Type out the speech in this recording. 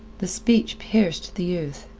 the speech pierced the youth.